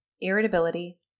irritability